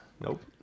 Nope